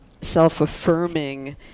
self-affirming